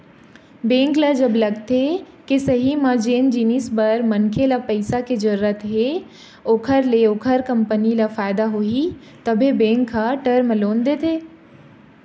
bank ल जब लगथे के सही म जेन जिनिस बर मनखे ल पइसा के जरुरत हे ओखर ले ओखर कंपनी ल फायदा होही तभे बेंक ह टर्म लोन देथे